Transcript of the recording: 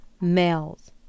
males